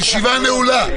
הישיבה נעולה.